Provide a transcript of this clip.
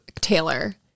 taylor